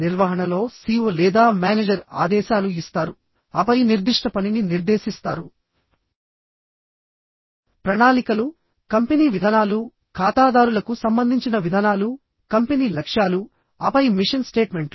నిర్వహణలో CEO లేదా manager ఆదేశాలు ఇస్తారు ఆపై నిర్దిష్ట పనిని నిర్దేశిస్తారు ప్రణాళికలు కంపెనీ విధానాలు ఖాతాదారులకు సంబంధించిన విధానాలు కంపెనీ లక్ష్యాలు ఆపై మిషన్ స్టేట్మెంట్లు